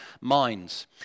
minds